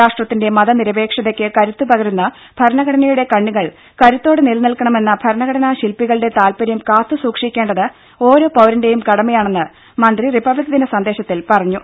രാഷ്ട്രത്തിന്റെ മതനിരപേക്ഷതയ്ക്ക് കരുത്തു പകരുന്ന ഭരണഘടനയുടെ കണ്ണികൾ കരുത്തോടെ നിലനിൽക്കണമെന്ന ഭരണഘടനാ ശിൽപ്പികളുടെ താൽപര്യം കാത്തുസൂക്ഷിക്കേണ്ടത് ഓരോപൌരന്റേയും കടമയാണെന്ന് മന്ത്രി റിപ്പബ്ലിക് ദിന സന്ദേശത്തിൽ പറഞ്ഞു